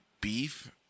beef